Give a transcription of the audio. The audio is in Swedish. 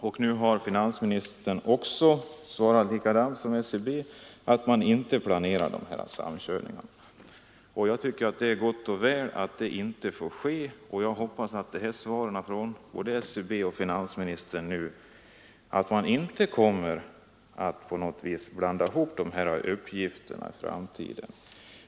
Det är gott och väl och jag hoppas att de här uttalandena från både SCB och finansministern garanterar att man inte kommer att blanda ihop dessa uppgifter på något vis i framtiden.